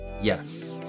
Yes